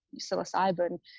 psilocybin